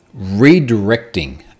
redirecting